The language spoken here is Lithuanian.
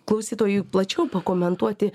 klausytojui plačiau pakomentuoti